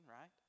right